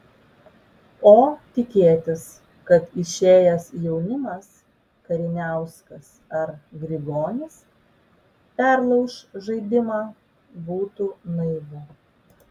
o tikėtis kad išėjęs jaunimas kariniauskas ar grigonis perlauš žaidimą būtų naivu